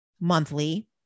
monthly